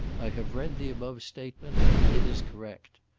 i have read the above statement and it is correct.